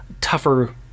tougher